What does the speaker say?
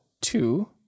two